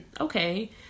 okay